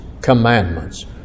commandments